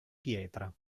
pietra